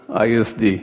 ISD